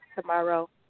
tomorrow